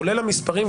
כולל המספרים,